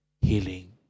healing